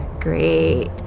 great